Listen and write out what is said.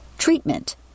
Treatment